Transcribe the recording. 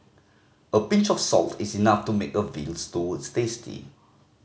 a pinch of salt is enough to make a veal stews tasty